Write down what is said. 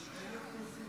כבוד היושב-ראש,